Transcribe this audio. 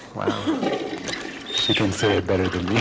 wow she can say it better than